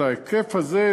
את ההיקף הזה,